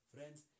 Friends